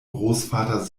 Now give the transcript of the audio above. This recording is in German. großvater